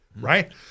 right